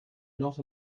not